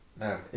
No